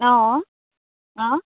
অঁ অঁ